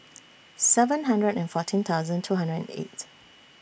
seven hundred and fourteen thousand two hundred and eight